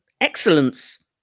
excellence